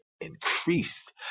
increased